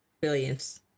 Billions